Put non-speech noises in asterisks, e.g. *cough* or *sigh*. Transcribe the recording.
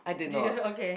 *noise* okay